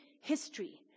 history